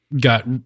got